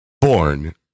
born